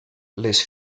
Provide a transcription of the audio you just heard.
les